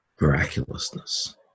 miraculousness